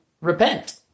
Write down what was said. repent